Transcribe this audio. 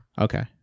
Okay